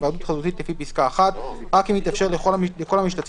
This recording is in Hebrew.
היוועדות חזותית לפי פסקה (1) רק אם יתאפשר לכל המשתתפים